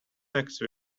next